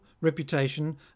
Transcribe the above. reputation